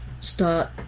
start